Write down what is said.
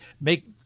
make